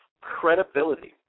credibility